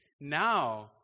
now